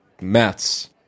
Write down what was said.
Mets